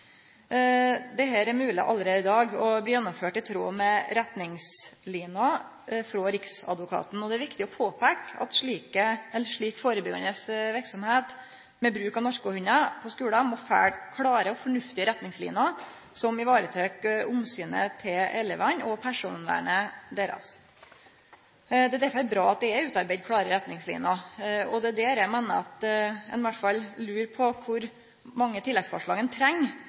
er mogleg allereie i dag og blir gjennomført i tråd med retningsliner frå Riksadvokaten. Det er viktig å påpeike at slik førebyggjande verksemd med bruk av narkohundar på skular må følgje klare og fornuftige retningsliner som varetek omsynet til elevane og personvernet deira. Det er derfor bra at det er utarbeidd klare retningslinjer. Det er her eg meiner at ein i alle fall kan lure på kor mange tilleggsforslag